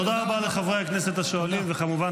תודה רבה לחברי הכנסת השואלים,